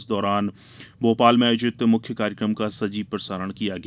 इस दौरान भोपाल में आयोजित मुख्य कार्यकम का सजीव प्रसारण किया गया